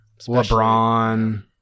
LeBron